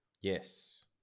Yes